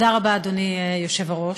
תודה רבה, אדוני היושב-ראש.